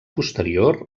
posterior